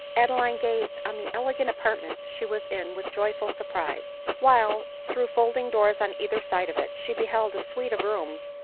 adeline gazed on the elegant apartment she was in with joyful surprise while, through folding doors on either side of it, she beheld a suite of rooms,